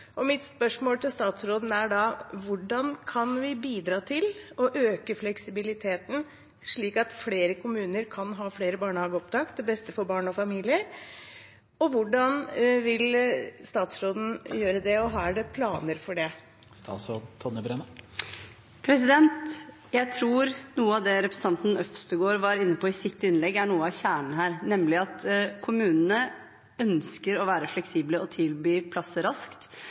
til beste for barn og familier? Er det planer for det? Og hvordan vil statsråden gjøre det? Jeg tror noe av det representanten Øvstegård var inne på i sitt innlegg, er noe av kjernen her, nemlig at kommunene ønsker å være fleksible og tilby plasser raskt,